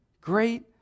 great